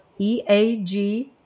EAG